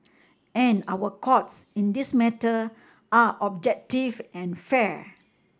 and our Courts in this matter are objective and fair